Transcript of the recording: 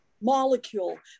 molecule